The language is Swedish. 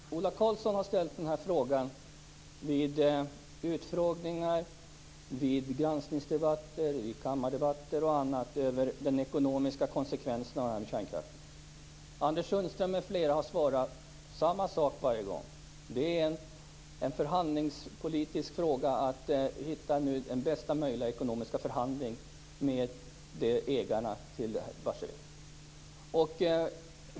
Fru talman! Ola Karlsson har ställt den här frågan vid utfrågningar, vid granskningsdebatter och kammardebatter över de ekonomiska konsekvenserna av kärnkraftsavvecklingen. Anders Sundström m.fl. har gett samma svar varje gång: Det är en förhandlingspolitisk fråga att hitta den bästa möjliga ekonomiska förhandlingslösningen med ägarna till Barsebäck.